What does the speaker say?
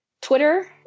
Twitter